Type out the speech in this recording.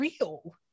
real